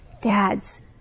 Dads